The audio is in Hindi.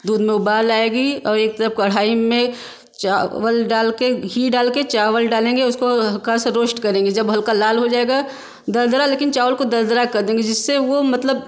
दूध में उबाल आएगी और एक तरफ़ कढ़ाही में चावल डालके घी डालके चावल डालेंगे उसको हल्का सा रोष्ट करेंगे जब हल्का लाल हो जाएगा दरदरा लेकिन चावल को दरदरा क देंगे जिससे वो मतलब